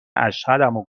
اشهدمو